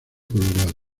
colorado